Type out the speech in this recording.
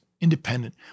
independent